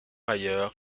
ailleurs